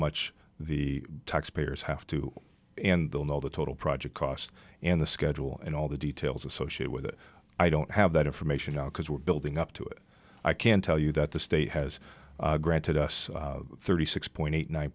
much the taxpayers have to and they'll know the total project cost and the schedule and all the details associated with it i don't have that information because we're building up to it i can tell you that the state has granted us thirty six point eight nine